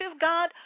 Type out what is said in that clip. God